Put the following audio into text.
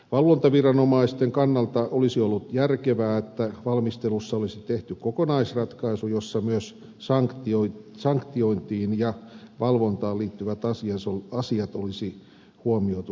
valvontaviranomaisten kannalta olisi ollut järkevää että valmistelussa olisi tehty kokonaisratkaisu jossa myös sanktiointiin ja valvontaan liittyvät asiat olisi huomioitu samanaikaisesti